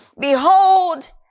behold